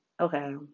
okay